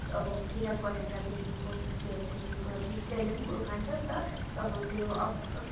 अब किराफट्याङ्ग्रादेखिन्को झुसुहरूदेखिन्को अब झुसुलेहरूले पनि फुल खान्छ नि त अब त्यो अप